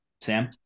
Sam